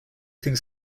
things